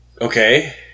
Okay